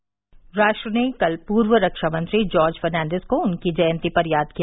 George राष्ट्र ने कल पूर्व रक्षा मंत्री जॉर्ज फर्नांडिज को उनकी जयंती पर याद किया